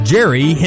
Jerry